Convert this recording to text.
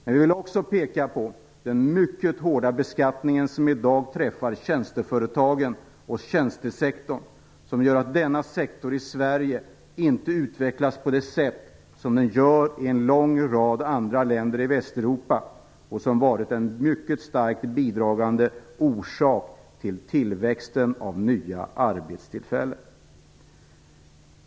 Men vi vill också peka på den mycket hårda beskattningen som i dag träffar tjänsteföretagen och tjänstesektorn och som gör att denna sektor i Sverige inte utvecklas på det sätt som den gör i en lång rad andra länder i Västeuropa, vilket varit en mycket starkt bidragande orsak till tillväxten av nya arbetstillfällen.